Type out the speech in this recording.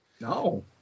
No